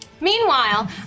Meanwhile